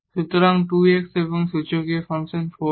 সুতরাং 2 x এবং এই এক্সপোনেনশিয়াল ফাংশন 4−4 x2− y2